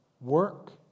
Work